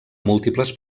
múltiples